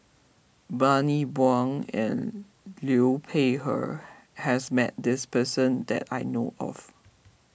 Bani Buang and Liu Peihe has met this person that I know of